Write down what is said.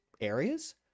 areas